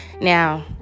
Now